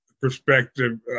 perspective